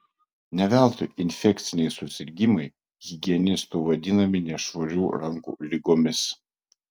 ne veltui infekciniai susirgimai higienistų vadinami nešvarių rankų ligomis